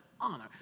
honor